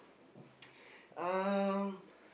um